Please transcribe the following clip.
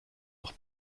noch